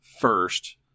first